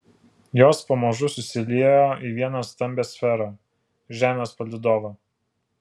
jos pamažu susiliejo į vieną stambią sferą žemės palydovą